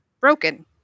broken